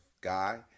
guy